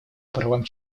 правам